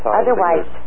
otherwise